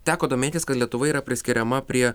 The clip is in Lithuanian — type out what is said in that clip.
teko domėtis kad lietuva yra priskiriama prie